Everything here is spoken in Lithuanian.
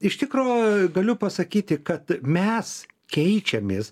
iš tikro galiu pasakyti kad mes keičiamės